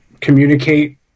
communicate